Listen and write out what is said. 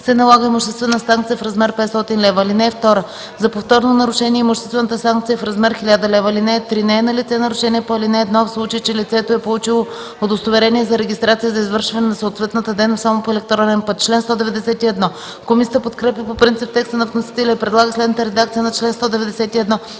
се налага имуществена санкция в размер 500 лв. (2) За повторно нарушение имуществената санкция е в размер 1000 лв. (3) Не е налице нарушение по ал. 1, в случай че лицето е получило удостоверение за регистрация за извършване на съответната дейност само по електронен път.” Комисията подкрепя по принцип текста на вносителя и предлага следната редакция на чл. 191,